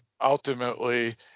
ultimately